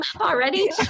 already